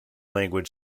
language